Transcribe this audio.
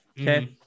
okay